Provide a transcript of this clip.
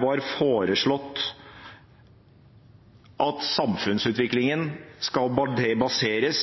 var foreslått at samfunnsutviklingen ikke skal baseres